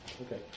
Okay